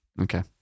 Okay